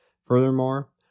Furthermore